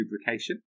lubrication